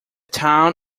town